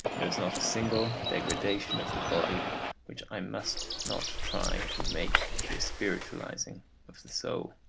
there is not a single degradation of the body which i must not try and make into a spiritualising of the soul.